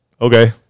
okay